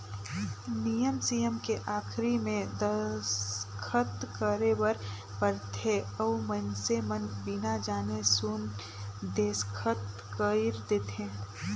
नियम सियम के आखरी मे दस्खत करे बर परथे अउ मइनसे मन बिना जाने सुन देसखत कइर देंथे